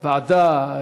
ועדה?